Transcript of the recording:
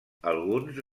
alguns